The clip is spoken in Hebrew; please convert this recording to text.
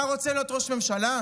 אתה רוצה להיות ראש ממשלה?